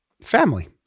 family